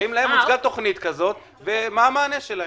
האם יש להם תכנית כזו ומה המענה שלהם?